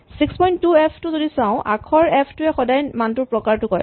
৬২ F টো যদি চাওঁ আখৰ এফ টোৱে সদায় মানটোৰ প্ৰকাৰটো কয়